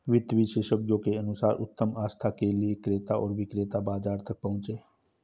वित्त विशेषज्ञों के अनुसार उत्तम आस्था के लिए क्रेता और विक्रेता बाजार तक पहुंचे